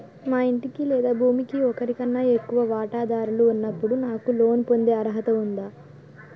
మా ఇంటికి లేదా భూమికి ఒకరికన్నా ఎక్కువ వాటాదారులు ఉన్నప్పుడు నాకు లోన్ పొందే అర్హత ఉందా?